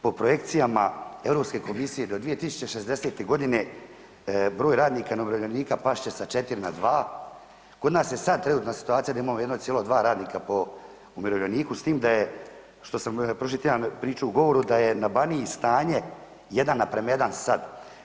Po projekcijama Europske komisije do 2060. godine broj radnika na umirovljenika past će sa 4 na 2, kod nas je sad trenutna situacija da imamo 1,2 radnika po umirovljeniku s tim da je, što sam prošli tjedan pričao u govoru, da je na Baniji stanje 1 na prema 1 sad.